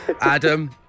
Adam